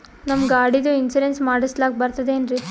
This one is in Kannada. ನಮ್ಮ ಗಾಡಿದು ಇನ್ಸೂರೆನ್ಸ್ ಮಾಡಸ್ಲಾಕ ಬರ್ತದೇನ್ರಿ?